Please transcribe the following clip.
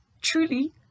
truly